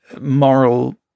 moral